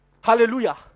Hallelujah